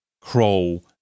crawl